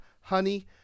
honey